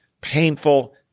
painful